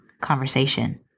conversation